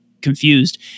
confused